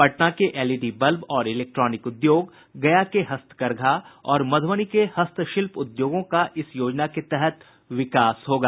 पटना के LED bulb और electronic उद्योग गया के हस्तकरघा और मध्रबनी के हस्त शिल्प उद्योगों का इस योजना के तहत विकास होगा